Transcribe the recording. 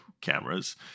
cameras